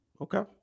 Okay